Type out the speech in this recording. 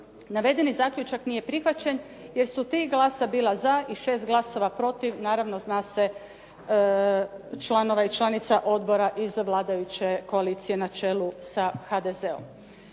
Navedeni zaključak nije prihvaćan, jer su tri glasa bila za i šest glasova protiv. Naravno zna se članova i članica iz vladajućeg odbora iz koalicije na čelu sa HDZ-om.